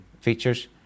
features